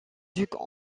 ducs